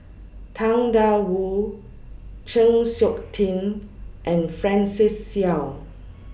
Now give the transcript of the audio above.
Tang DA Wu Chng Seok Tin and Francis Seow